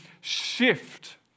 shift